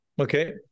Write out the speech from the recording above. Okay